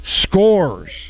scores